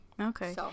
Okay